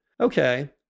Okay